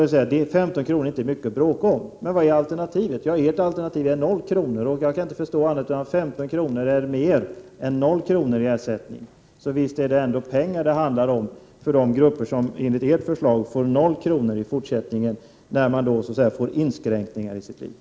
15 kr. är kanske inte mycket att bråka om. Men vad är alternativet? Ert alternativ är 0 kr. Jag kan inte förstå annat än att 15 kr. är mer än 0 kr. i ersättning. Så visst handlar det ändå om pengar för de grupper som med ert förslag skulle få 0 kr. i fortsättningen, i händelse av inskränkningar i livsföringen.